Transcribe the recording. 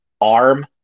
arm